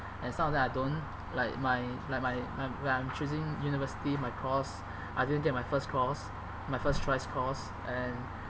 and some of them I don't like my like my like when I'm choosing university my course I didn't get my first course my first choice course and uh